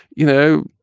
you know,